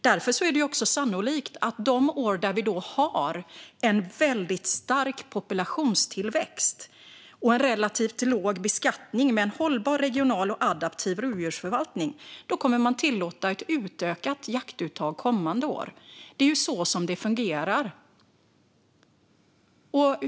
Därför är det sannolikt att man efter år då vi haft en väldigt stark populationstillväxt och en relativt låg beskattning, med en hållbar regional och adaptiv rovdjursförvaltning, kommer att tillåta ett utökat jaktuttag kommande år. Det är så det fungerar.